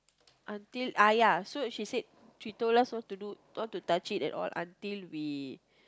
until ah ya so she said she told us not to do not to touch it at all until we